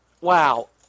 wow